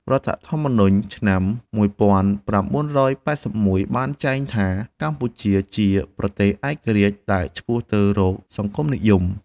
រដ្ឋធម្មនុញ្ញឆ្នាំ ១៩៨១ បានចែងថា កម្ពុជាជាប្រទេសឯករាជ្យដែលឆ្ពោះទៅរកសង្គមនិយម។